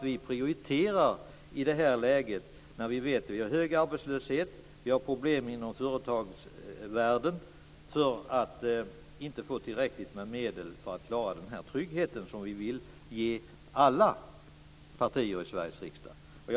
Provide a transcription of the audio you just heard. Vi prioriterar nämligen i ett läge med hög arbetslöshet och problem inom företagsvärlden att vi skall få tillräckligt med medel för att klara den här tryggheten som vi alla partier i Sveriges riksdag vill ge.